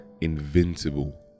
invincible